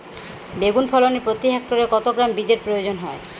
বেগুন ফলনে প্রতি হেক্টরে কত গ্রাম বীজের প্রয়োজন হয়?